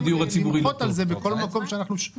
איכות מקסימאלית.